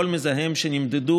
כל מזהם שנמדד,